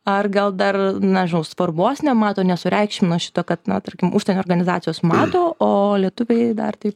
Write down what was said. ar gal dar nežinau svarbos nemato nesureikšmina šito kad na tarkim užsienio organizacijos mato o lietuviai dar taip